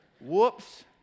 Whoops